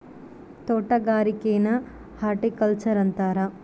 ತೊಟಗಾರಿಕೆನ horticulture ಅಂತಾರ